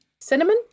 cinnamon